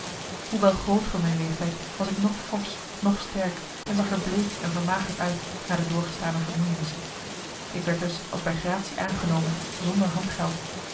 hoewel groot voor mijn leeftijd was ik noch forsch noch sterk en zag er bleek en vermagerd uit na de doorgestane vermoeienissen ik werd dus als bij gratie aangenomen zonder